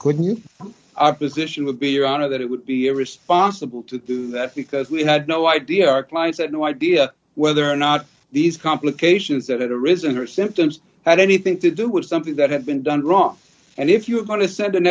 couldn't opposition would be your honor that it would be irresponsible to do that because we had no idea our clients had no idea whether or not these complications that had arisen or symptoms had anything to do with something that had been done wrong and if you're going to send an